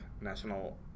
National